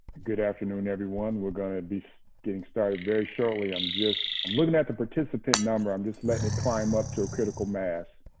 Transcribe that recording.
good afternoon, everyone. we're going to and be getting started very shortly. i'm looking at the participant number. i'm just letting it climb up to a critical mass,